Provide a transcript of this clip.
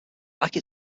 like